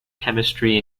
chemistry